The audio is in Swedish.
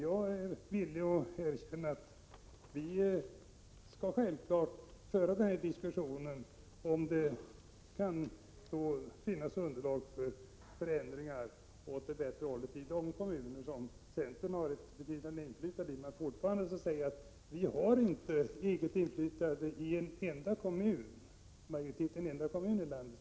Jag är dock villig att erkänna att vi självfallet skall föra en diskussion om huruvida det kan finnas underlag för en förändring till det bättre i de kommuner där centern har inflytande. Men jag vill än en gång säga: Vi har, såvitt jag vet, för närvarande inte egen majoritet i en enda kommun i landet.